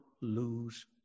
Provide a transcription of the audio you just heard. lose